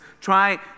try